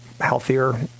healthier